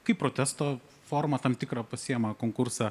kaip protesto formą tam tikrą pasiimą konkursą